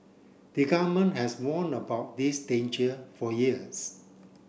the Government has warn about this danger for years